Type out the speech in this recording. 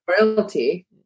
royalty